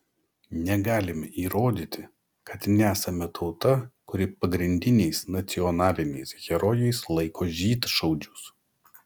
negalime įrodyti kad nesame tauta kuri pagrindiniais nacionaliniais herojais laiko žydšaudžius